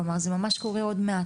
כלומר זה ממש קורה עוד מעט,